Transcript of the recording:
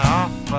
off